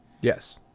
Yes